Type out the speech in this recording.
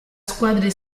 squadre